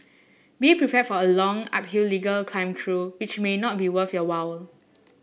be prepared for a long uphill legal climb though which may not be worth your while